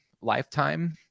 lifetime